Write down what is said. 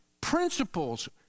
principles